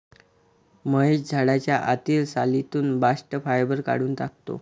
महेश झाडाच्या आतील सालीतून बास्ट फायबर काढून टाकतो